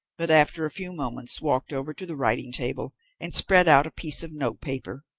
but after a few moments walked over to the writing-table and spread out a piece of notepaper.